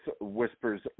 Whispers